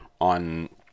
on